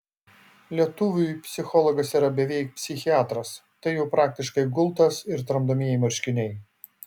lietuviui psichologas yra beveik psichiatras tai jau praktiškai gultas ir tramdomieji marškiniai